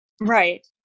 right